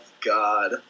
God